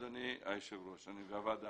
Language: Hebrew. אדוני היושב-ראש והוועדה,